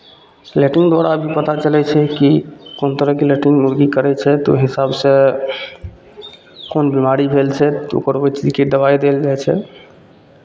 latrine दुआरा भी पता चलै छै कि कोन तरहके लैट्रीन मुरगी करै छै तऽ ओहि हिसाबसँ कोन बिमारी भेल छै तऽ ओकर ओहि चीजके दबाइ देल जाइ छै